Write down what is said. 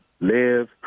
live